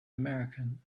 american